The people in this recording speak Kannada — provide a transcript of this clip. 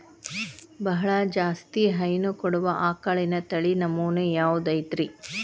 ಬಹಳ ಜಾಸ್ತಿ ಹೈನು ಕೊಡುವ ಆಕಳಿನ ತಳಿ ನಮೂನೆ ಯಾವ್ದ ಐತ್ರಿ?